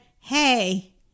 hey